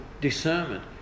discernment